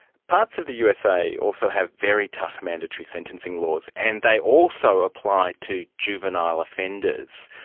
parts of the usa also have very tough mandatory sentencing laws, and they also apply to juvenile offenders.